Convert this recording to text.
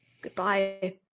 Goodbye